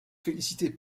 félicité